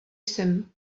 jsem